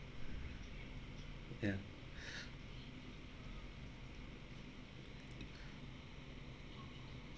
ya